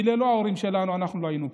כי ללא ההורים שלנו אנחנו לא היינו פה.